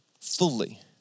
Fully